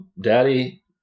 Daddy